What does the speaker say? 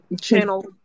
channel